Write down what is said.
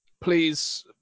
Please